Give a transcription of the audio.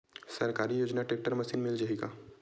सरकारी योजना tractor machine मिल जाही का?